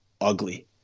ugly